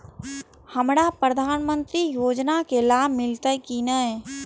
हमरा प्रधानमंत्री योजना के लाभ मिलते की ने?